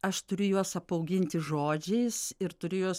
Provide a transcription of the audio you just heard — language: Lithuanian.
aš turiu juos apauginti žodžiais ir turiu juos